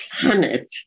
planet